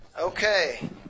Okay